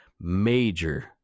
major